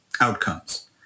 outcomes